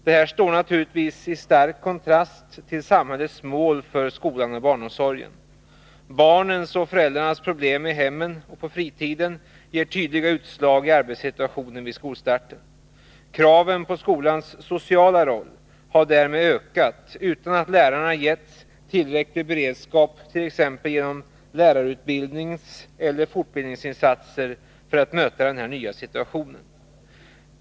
Detta står naturligtvis i stark kontrast till samhällets mål för skolan och barnomsorgen. Barnens och föräldrarnas problem i hemmen och på fritiden ger tydliga utslag i arbetssituationen vid skolstarten. Kraven på skolans sociala roll har därmed ökat utan att lärarna getts tillräcklig beredskap, t.ex. genom lärarutbildningseller fortbildningsinsatser för att möta den nya situationen.